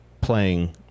playing